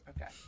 okay